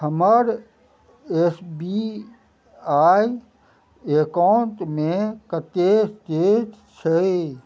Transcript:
हमर S B I एकाउंटमे कते शेष छै